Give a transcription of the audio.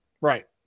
Right